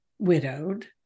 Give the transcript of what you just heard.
widowed